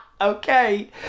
Okay